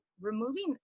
removing